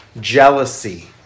jealousy